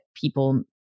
people